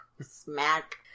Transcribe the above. smack